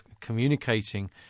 communicating